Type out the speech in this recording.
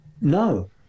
no